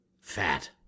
fat